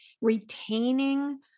retaining